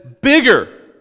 bigger